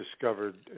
discovered